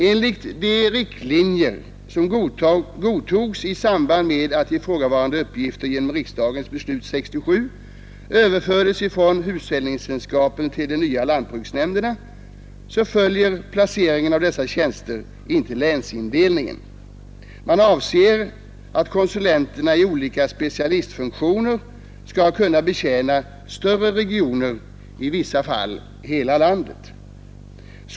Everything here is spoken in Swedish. Enligt de riktlinjer som godtogs i samband med att ifrågavarande uppgifter genom riksdagens beslut år 1967 ——— överfördes från hushållningssällskapen till de nya lantbruksnämnderna följer placeringen av ifrågavarande tjänster ej länsindelningen. Konsulenterna skall i olika specialistfunktioner kunna betjäna större regioner, i vissa fall hela landet.